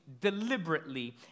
deliberately